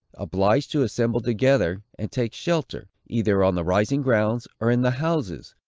obliged to assemble together, and take shelter, either on the rising grounds, or in the houses,